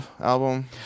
album